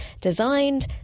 designed